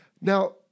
now